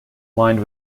lined